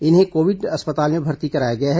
इन्हें कोविड अस्पताल में भर्ती कराया गया है